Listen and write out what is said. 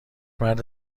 مرد